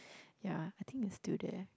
ya I think it's still there